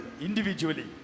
individually